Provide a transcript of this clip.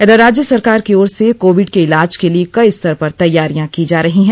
इधर राज्य सरकार की ओर से कोविड के इलाज के लिए कई स्तर पर तैयारियां की जा रही हैं